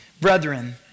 Brethren